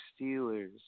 Steelers